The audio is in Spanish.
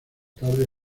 tarde